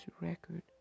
record